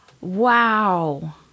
Wow